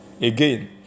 again